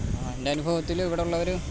എന്റെ അനുഭവത്തിൽ ഇവടെ ഉള്ളവർ